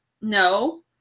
No